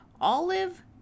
Olive